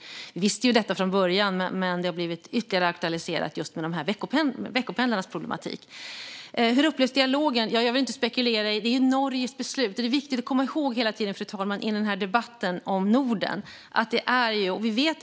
Vi visste detta från början, men det har aktualiserats ytterligare i och med veckopendlarnas problematik. Hur upplevs dialogen? Jag vill inte spekulera eftersom det är Norges beslut.